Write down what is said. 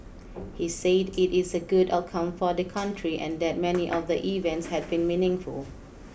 he said it is a good outcome for the country and that many of the events had been meaningful